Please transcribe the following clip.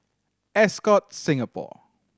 Ascott Singapore